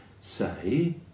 say